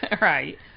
Right